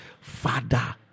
father